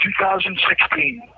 2016